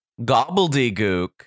gobbledygook